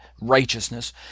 righteousness